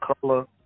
color